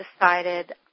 decided